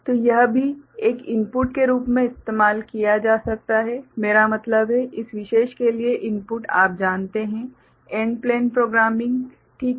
तो यह भी एक इनपुट के रूप में इस्तेमाल किया जा सकता है मेरा मतलब है इस विशेष के लिए इनपुट आप जानते हैं AND प्लेन प्रोग्रामिंग ठीक है